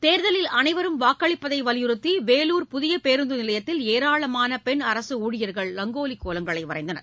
தேர்தலில் அனைவரும் வாக்களிப்பதைவலியுறுத்திவேலூர் புதியபேருந்துநிலையத்தில் ஏராளமானபெண் அரசுஊழியர்கள் ரங்கோலிகோலங்களைவரைந்தனர்